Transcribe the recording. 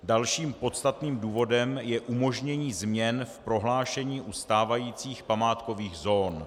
Dalším podstatným důvodem je umožnění změn v prohlášení u stávajících památkových zón.